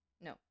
No